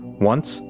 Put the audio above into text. once,